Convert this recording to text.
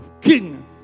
king